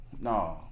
no